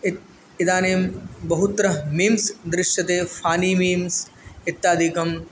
इत् इदानीं बहुत्र मीम्स् दृश्यते फ़नि मीम्स् इत्यादिकं